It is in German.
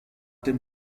dem